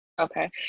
Okay